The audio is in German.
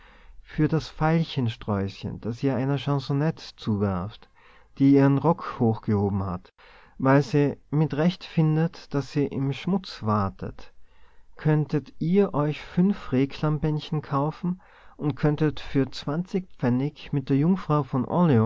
für das veilchensträußchen das ihr einer chansonette zuwerft die ihr'n rock hochgehoben hat weil se mit recht findet daß sie im schmutz watet könntet ihr euch fünf reclam-bändchen kaufen und könntet für zwanzig pfennig mit der jungfrau von